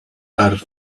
are